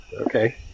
Okay